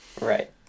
Right